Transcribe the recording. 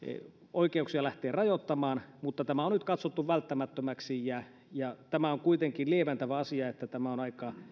oikeuksia rajoittamaan mutta tämä on nyt katsottu välttämättömäksi kuitenkin lieventävä asia on että tämä on